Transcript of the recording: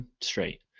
straight